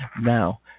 Now